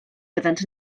fyddant